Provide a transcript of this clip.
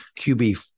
QB